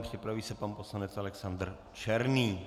Připraví se pan poslanec Alexandr Černý.